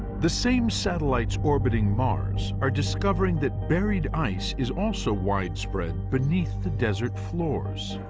the same satellites orbiting mars are discovering that buried ice is also widespread beneath the desert floors.